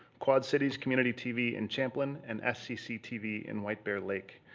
quad cities community tv in champlin, and scc tv in white bear lake.